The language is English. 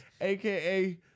AKA